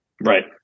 Right